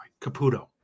Caputo